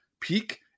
peak